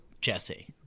Jesse